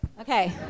okay